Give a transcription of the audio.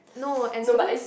no and students